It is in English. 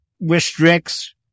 restricts